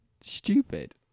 Stupid